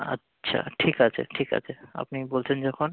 আচ্ছা ঠিক আছে ঠিক আছে আপনি বলছেন যখন